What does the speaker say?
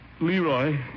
Leroy